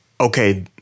okay